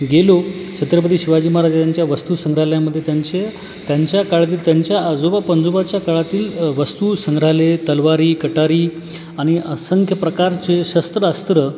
गेलो छत्रपती शिवाजी महाराजांच्या वस्तू संग्रालयामध्ये त्यांचे त्यांच्या काळातील त्यांच्या आजोबा पणजोबाच्या काळातील वस्तू संग्रहालय तलवारी कट्यारी आणि असंख्य प्रकारचे शस्त्र अस्त्र